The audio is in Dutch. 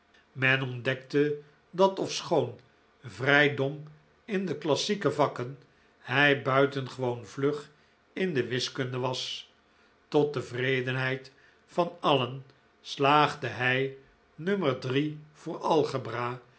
men ontdekte dat ofschoon vrij dom in de klassieke vakken hij buitengewoon vlug in de wiskunde was tot tevredenheid van alien slaagde hij nummer